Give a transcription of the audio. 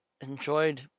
enjoyed